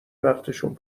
وقتشون